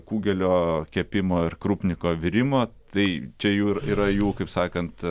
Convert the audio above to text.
kugelio kepimo ir krupniko virimo tai čia jų yra jų kaip sakant